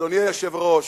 אדוני היושב-ראש,